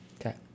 Okay